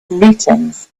greetings